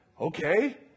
Okay